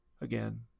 Again